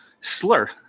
slur